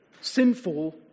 sinful